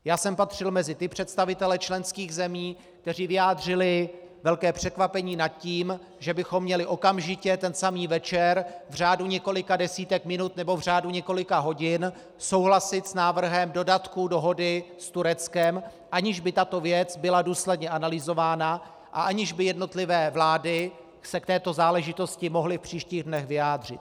Já jsem patřil mezi ty představitele členských zemí, kteří vyjádřili velké překvapení nad tím, že bychom měli okamžitě ten samý večer, v řádu několika desítek minut, nebo v řádu několika hodin souhlasit s návrhem dodatku dohody s Tureckem, aniž by tato věc byla důsledně analyzována a aniž by se jednotlivé vlády k této záležitosti mohly v příštích dnech vyjádřit.